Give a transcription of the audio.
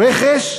הרכש,